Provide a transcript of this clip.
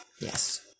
Yes